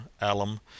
alum